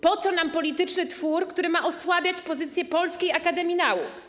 Po co nam polityczny twór, który ma osłabiać pozycję Polskiej Akademii Nauk?